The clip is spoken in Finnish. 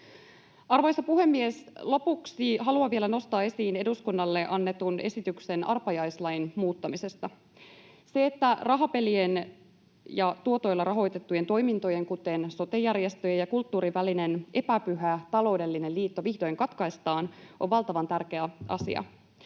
Arvoisa puhemies! Lopuksi haluan vielä nostaa esiin eduskunnalle annetun esityksen arpajaislain muuttamisesta. Se, että rahapelien ja sen tuotoilla rahoitettujen toimintojen, kuten sote-järjestöjen ja kulttuurin, välinen epäpyhä taloudellinen liitto vihdoin katkaistaan, on valtavan tärkeä asia,